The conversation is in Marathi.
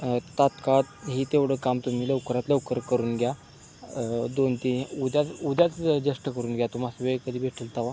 तात्काळ हे तेवढं काम तुम्ही लवकरात लवकर करून घ्या दोन तीन उद्याच उद्याच जस्ट करून घ्या तुम्हाला वेळ कधी भेटेल तेव्हा